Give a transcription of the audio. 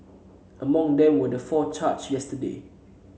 among them were the four charged yesterday